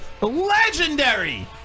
legendary